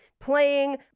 playing